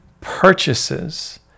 purchases